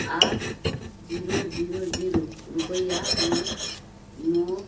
आठ zero zero zero रुपैआ हमर मो